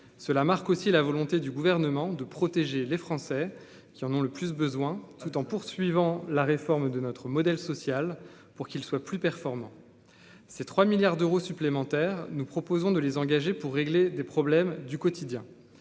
cela marque aussi la volonté du gouvernement de protéger les Français qui en ont le plus besoin, tout en poursuivant la réforme de notre modèle social pour qu'il soit plus performant ces 3 milliards d'euros supplémentaires, nous proposons de les engager pour régler des problèmes du quotidien,